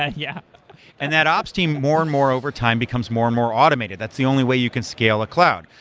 ah yeah and that ops team more and more over time becomes more and more automated. that's the only way you can scale a cloud.